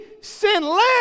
sinless